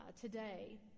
today